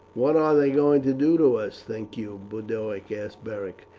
what are they going to do to us, think you? boduoc asked beric.